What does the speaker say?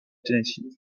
tennessee